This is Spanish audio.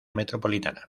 metropolitana